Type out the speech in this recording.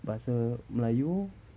bahasa melayu